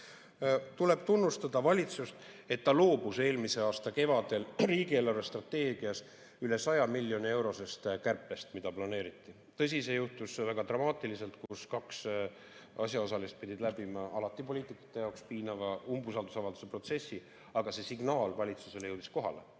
Tuleb tunnustada valitsust, et ta loobus eelmise aasta kevadel riigi eelarvestrateegias üle 100 miljoni euro suurusest kärpest, mida planeeriti. Tõsi, see juhtus väga dramaatiliselt, kaks asjaosalist pidid läbima poliitikute jaoks alati piinava umbusaldusavalduse protsessi. Aga see signaal jõudis valitsusele kohale